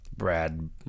Brad